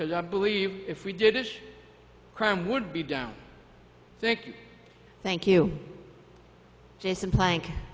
because i believe if we did this crime would be down think thank you jason plank